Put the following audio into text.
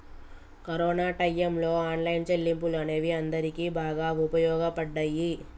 corona టైయ్యంలో online చెల్లింపులు అనేవి అందరికీ బాగా వుపయోగపడ్డయ్యి